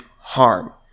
harm